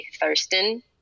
Thurston